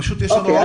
יש לנו עוד דוברים.